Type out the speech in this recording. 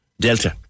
Delta